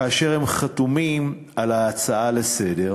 כאשר הם חתומים על ההצעה לסדר-היום.